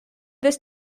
this